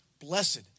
Blessed